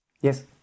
Yes